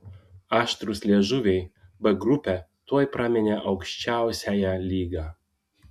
aštrūs liežuviai b grupę tuoj praminė aukščiausiąja lyga